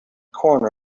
corner